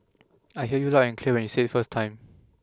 I heard you loud and clear when you said it first time